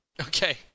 Okay